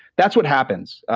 that's what happens.